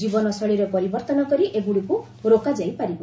ଜୀବନଶୈଳୀରେ ପରିବର୍ତ୍ତନ କରି ଏଗୁଡ଼ିକୁ ରୋକାଯାଇ ପାରିବ